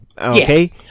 Okay